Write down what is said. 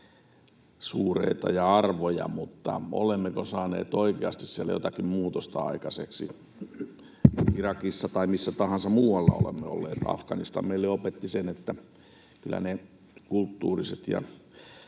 suureita ja arvoja, mutta olemmeko saaneet oikeasti siellä jotakin muutosta aikaiseksi, Irakissa tai missä tahansa muualla, missä olemme olleet? Afganistan opetti meille sen, että kyllä ne kulttuuriset ja